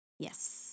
Yes